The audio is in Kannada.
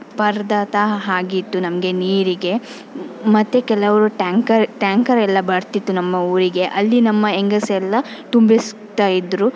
ಪರದಾಟ ಆಗಿತ್ತು ನಮಗೆ ನೀರಿಗೆ ಮತ್ತು ಕೆಲವರು ಟ್ಯಾಂಕರ್ ಟ್ಯಾಂಕರ್ ಎಲ್ಲ ಬರ್ತಿತ್ತು ನಮ್ಮ ಊರಿಗೆ ಅಲ್ಲಿ ನಮ್ಮ ಹೆಂಗಸೆಲ್ಲ ತುಂಬಿಸ್ತಾ ಇದ್ದರು